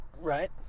right